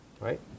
right